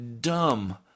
Dumb